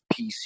PC